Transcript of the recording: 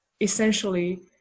essentially